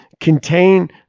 contain